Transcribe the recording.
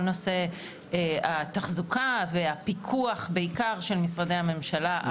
כל נושא התחזוקה והפיקוח בעיקר של משרדי הממשלה.